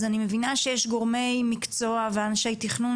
אז אני מבינה שיש גורמי מקצוע ואנשי תכנון,